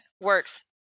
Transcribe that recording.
works